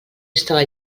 estava